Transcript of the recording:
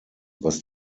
was